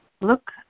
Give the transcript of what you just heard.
Look